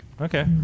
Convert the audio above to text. Okay